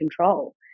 control